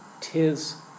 tis